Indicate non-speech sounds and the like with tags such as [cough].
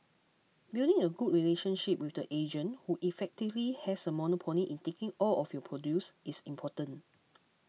building a good relationship with the agent who effectively has a monopoly in taking all of your produce is important [noise]